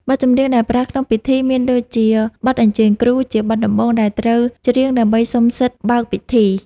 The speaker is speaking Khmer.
បទចម្រៀងដែលប្រើក្នុងពិធីមានដូចជា បទអញ្ជើញគ្រូ ជាបទដំបូងដែលត្រូវច្រៀងដើម្បីសុំសិទ្ធិបើកពិធី។